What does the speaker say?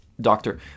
doctor